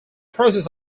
process